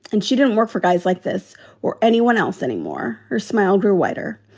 and she didn't work for guys like this or anyone else anymore. her smile grew wider.